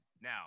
now